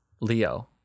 Leo